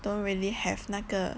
don't really have 那个